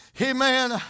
Amen